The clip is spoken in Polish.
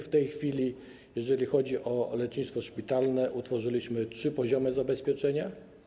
W tej chwili, jeżeli chodzi o lecznictwo szpitalne, utworzyliśmy trzy poziomy zabezpieczenia.